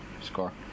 score